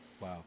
Wow